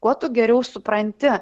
kuo tu geriau supranti